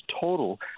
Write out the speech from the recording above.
total